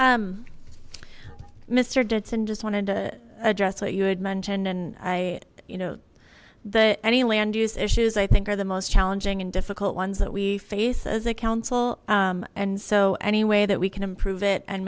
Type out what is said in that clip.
you mr ditson just wanted to address what you had mentioned and i you know the any land use issues i think are the most challenging and difficult ones that we face as a council and so any way that we can improve it and